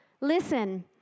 Listen